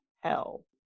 hell